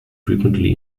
frequently